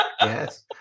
Yes